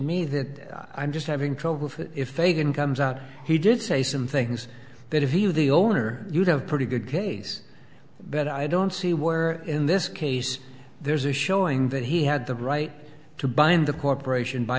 me that i'm just having trouble if they can comes out he did say some things that if he were the owner you'd have pretty good case but i don't see where in this case there's a showing that he had the right to bind the corporation by